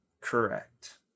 Correct